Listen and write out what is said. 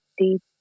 deep